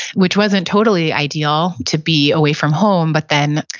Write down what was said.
which wasn't totally ideal to be away from home, but then,